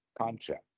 concept